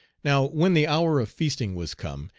now when the hour of feasting was come,